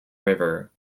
river